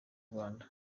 rwanda